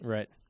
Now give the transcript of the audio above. Right